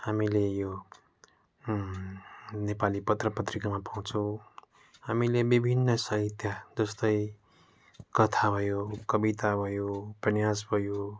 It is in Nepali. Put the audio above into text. हामीले यो नेपाली पत्र पत्रिकामा पाउँछौँ हामीले विभिन्न साहित्य जस्तै कथा भयो कविता भयो उपन्यास भयो